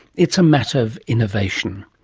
it's a matter of innovation.